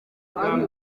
ari